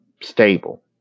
stable